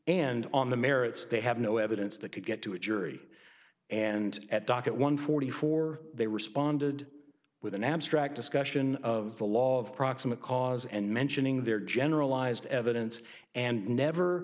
and on the merits they have no evidence that could get to a jury and at docket one forty four they responded with an abstract discussion of the law of proximate cause and mentioning their generalized evidence and never